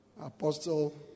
Apostle